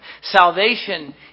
salvation